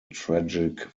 tragic